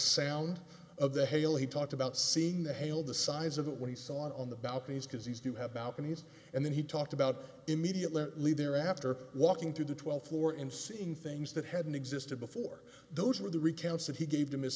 sound of the hail he talked about seeing the hail the size of it when he saw it on the balconies because these do have balconies and then he talked about immediately thereafter walking to the twelfth floor and seeing things that hadn't existed before those were the recounts that he gave them is